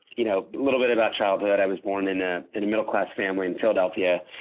you know little bit about childhood, i was born in ah in a middle class family in philadelphia.